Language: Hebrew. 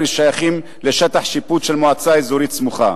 שייכים לשטח שיפוט של מועצה אזורית סמוכה.